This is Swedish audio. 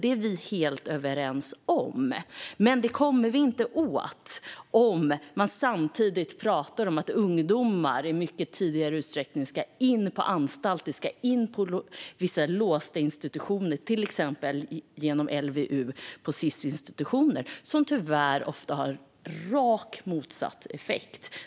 Det är vi helt överens om. Men det kommer man inte åt om man samtidigt pratar om att ungdomar tidigare och i mycket större utsträckning ska in på anstalt, in på vissa låsta institutioner, till exempel genom LVU på SIS-institutioner, som tyvärr ofta har rakt motsatt effekt.